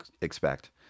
expect